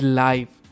life